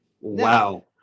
Wow